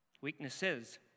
weaknesses